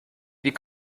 wie